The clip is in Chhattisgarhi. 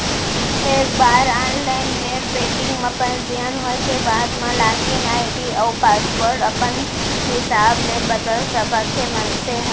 एक बार ऑनलाईन नेट बेंकिंग म पंजीयन होए के बाद म लागिन आईडी अउ पासवर्ड अपन हिसाब ले बदल सकत हे मनसे ह